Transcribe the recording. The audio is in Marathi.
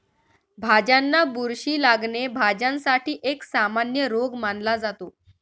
भाज्यांना बुरशी लागणे, भाज्यांसाठी एक सामान्य रोग मानला जातो